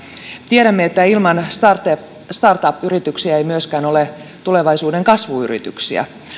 tiedämme että ilman startup yrityksiä ei ole myöskään tulevaisuuden kasvuyrityksiä